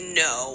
no